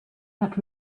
that